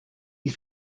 you